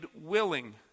willing